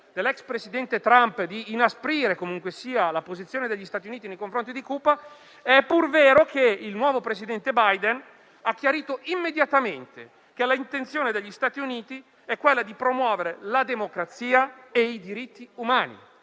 dell'ex presidente Trump di inasprire comunque la posizione degli Stati Uniti nei confronti di Cuba, è pur vero che il nuovo presidente Biden ha chiarito immediatamente che l'intenzione degli Stati Uniti è di promuovere la democrazia e i diritti umani.